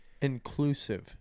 Inclusive